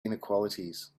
inequalities